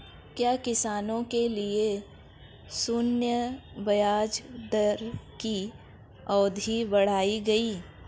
क्या किसानों के लिए शून्य ब्याज दर की अवधि बढ़ाई गई?